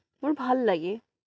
মোৰ ভাল লাগে